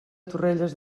torrelles